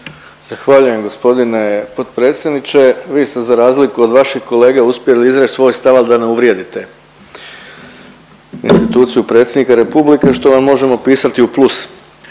Zahvaljujem. Gospodine potpredsjedniče vi ste za razliku od vaših kolega uspjeli izreći svoj stav al da ne uvrijedite instituciju Predsjednika Republike što vam možemo pisati u plus,